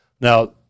Now